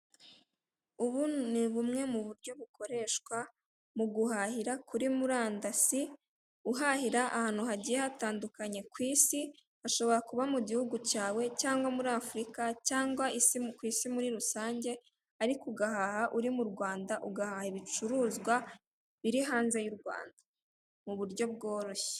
Ubu ni bumwe mu buryo bukoreshwa mu guhahira kuri murandasi, uhahira ahantu hagiye hatandukanye ku isi, hashobora kuba mu gihugu cyawe, cyangwa muri Afurika, cyangwa ku isi muri rusange, ariko ugahaha uri mu Rwanda, ugahaha ibicuruzwa biri hanze y'u Rwanda. Mu buryo bworoshye.